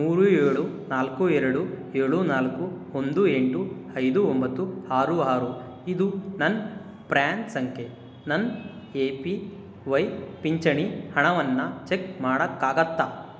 ಮೂರು ಏಳು ನಾಲ್ಕು ಎರಡು ಏಳು ನಾಲ್ಕು ಒಂದು ಎಂಟು ಐದು ಒಂಬತ್ತು ಆರು ಆರು ಇದು ನನ್ನ ಪ್ರ್ಯಾನ್ ಸಂಖ್ಯೆ ನನ್ನ ಎ ಪಿ ವೈ ಪಿಂಚಣಿ ಹಣವನ್ನು ಚೆಕ್ ಮಾಡಕ್ಕೆ ಆಗುತ್ತ